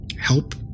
help